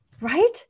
Right